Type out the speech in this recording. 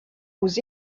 aux